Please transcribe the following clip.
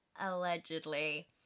allegedly